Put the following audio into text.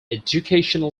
educational